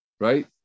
Right